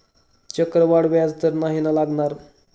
चक्रवाढ व्याज तर नाही ना लागणार?